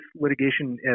litigation